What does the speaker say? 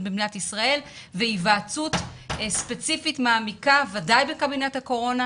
במדינת ישראל והיוועצות ספציפית מעמיקה ודאי בקבינט הקורונה,